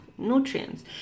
nutrients